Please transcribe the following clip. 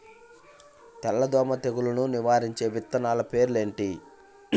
తెల్లదోమ తెగులును నివారించే విత్తనాల పేర్లు చెప్పండి?